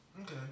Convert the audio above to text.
Okay